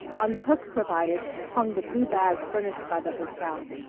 on the hook provided hung the blue bag furnished by the hotel.